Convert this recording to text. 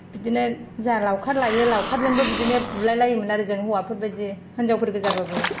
बिदिनो जाहा लावखार लायो लावखारजोंबो बिदिनो बुलायलायोमोन आरो जों हौवाफोर बायदि हिनजावफोर गोजाबाबो